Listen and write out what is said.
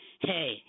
hey